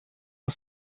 are